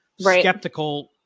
Skeptical